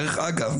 דרך אגב,